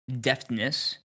deftness